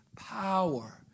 power